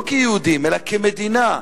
לא כיהודים אלא כמדינה,